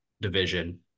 Division